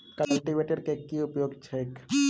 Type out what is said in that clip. Cultivator केँ की उपयोग छैक?